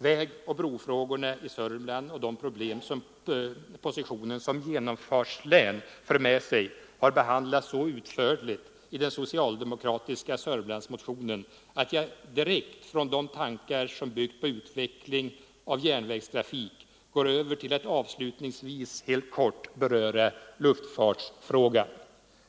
Vägoch brofrågorna i Södermanland och de problem som positionen såsom genomfartslän för med sig har behandlats så utförligt i densocialdemokratiska Sörmlandsmotionen att jag direkt från de tankar som byggt på utveckling av järnvägstrafik går över till att avslutningsvis helt kort beröra luftfartsfrågan.